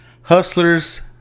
Hustlers